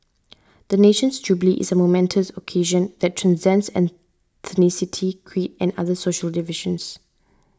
the nation's jubilee is a momentous occasion that transcends ethnicity creed and other social divisions